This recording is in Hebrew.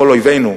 כל אויבינו,